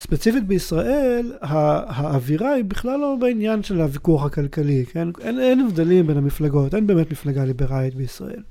ספציפית בישראל, האווירה היא בכלל לא בעניין של הוויכוח הכלכלי, כן, אין הבדלים בין המפלגות, אין באמת מפלגה ליברלית בישראל.